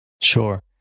Sure